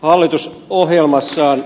arvoisa puhemies